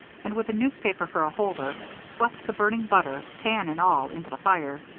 and, with a newspaper for a holder, swept the burning butter, pan and all, into the fire.